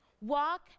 Walk